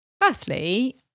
firstly